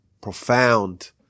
profound